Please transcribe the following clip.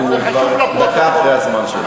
הוא כבר דקה אחרי הזמן שלו.